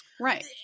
right